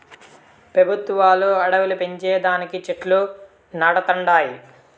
పెబుత్వాలు అడివిలు పెంచే దానికి చెట్లు నాటతండాయి